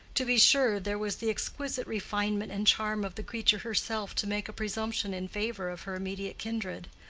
to be sure, there was the exquisite refinement and charm of the creature herself to make a presumption in favor of her immediate kindred,